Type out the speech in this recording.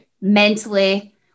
mentally